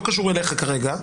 לא קשור אליך כרגע,